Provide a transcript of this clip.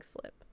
slip